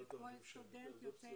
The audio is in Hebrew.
לכל סטודנט יוצא אתיופיה?